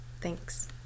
thanks